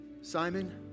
Simon